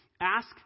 Ask